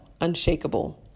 unshakable